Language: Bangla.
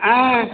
হ্যাঁ